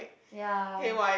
ya